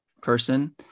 person